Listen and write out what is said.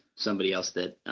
somebody else that